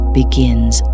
begins